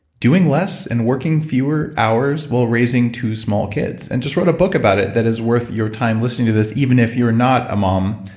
doing less and working fewer hours while raising two small kids, and just wrote a book about it that is worth your time listening to this even if you're not a mom,